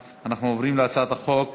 עוברים להצבעה על הצעת החוק